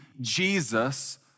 Jesus